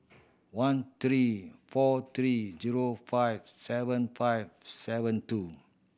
one three four three zero five seven five seven two